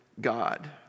God